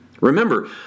Remember